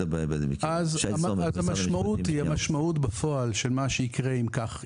אז המשמעות בפועל של מה שיקרה, אם כך יקרה,